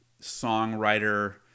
songwriter